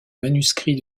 manuscrit